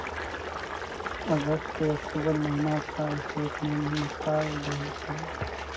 अगस्त से अक्टूबर महीना का स्टेटमेंट निकाल दहु ते?